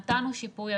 נתנו שיפוי,